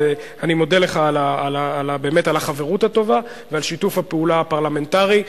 ואני מודה לך על החברות הטובה ועל שיתוף הפעולה הפרלמנטרי,